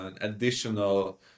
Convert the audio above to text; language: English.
additional